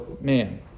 man